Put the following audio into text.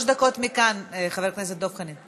מכאן, חבר הכנסת דב חנין.